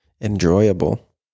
enjoyable